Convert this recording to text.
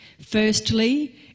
Firstly